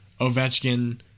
Ovechkin